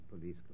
police